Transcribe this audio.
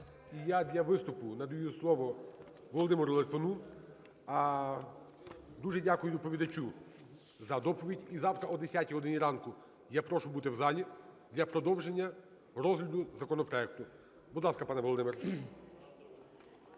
я для виступу надаю слово Володимиру Литвину. Дуже дякую доповідачу за доповідь. І завтра о 10 годині ранку я прошу бути в залі для продовження розгляду законопроекту. Будь ласка, пане Володимир.